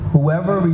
Whoever